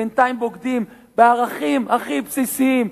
בינתיים בוגדים בערכים הכי בסיסיים,